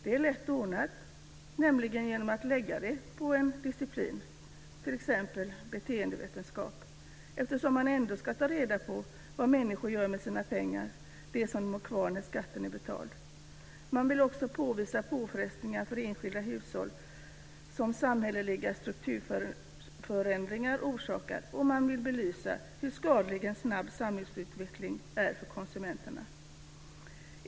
Det är lätt ordnat genom att lägga det på en disciplin, t.ex. beteendevetenskap, eftersom man ändå ska ta reda på vad människor gör med de pengar som de har kvar när skatten är betald. Man vill också påvisa de påfrestningar för enskilda hushåll som samhälleliga strukturförändringar orsakar, och man vill belysa hur skadlig en snabb samhällsutveckling är för konsumenterna.